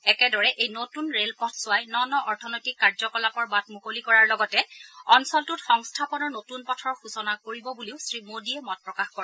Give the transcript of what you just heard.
একেদৰে এই নতুন ৰেলপথছোৱাই ন ন অৰ্থনৈতিক কাৰ্যকলাপৰ বাট মুকলি কৰাৰ লগতে অঞ্চলটোত সংস্থাপনৰ নতুন পথৰ সূচনা কৰিব বুলিও শ্ৰীমোদীয়ে মত প্ৰকাশ কৰে